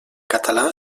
català